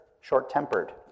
short-tempered